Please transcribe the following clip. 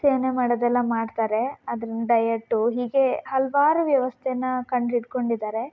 ಸೇವನೆ ಮಾಡೋದೆಲ್ಲ ಮಾಡ್ತಾರೆ ಅದ್ರಿನ ಡಯೆಟ್ಟು ಹೀಗೆ ಹಲವಾರು ವ್ಯವಸ್ಥೆನ ಕಂಡುಹಿಡ್ಕೊಂಡಿದ್ದಾರೆ